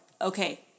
okay